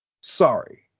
Sorry